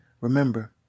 Remember